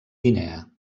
guinea